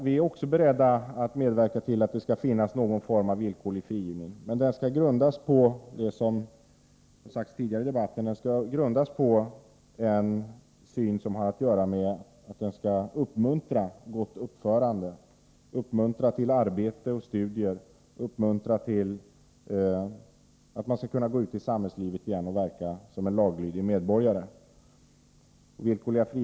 Vi är också beredda att medverka till att det skall finnas någon form av villkorlig frigivning. Men grunden för den skall, som har sagts tidigare i debatten, vara att man vill uppmuntra till gott uppförande, till arbete och studier så att den frigivne kan gå ut i samhällslivet igen och verka som en laglydig medborgare.